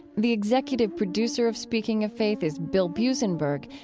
the executive producer of speaking of faith is bill buzenberg,